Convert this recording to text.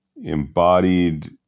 embodied